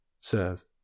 Serve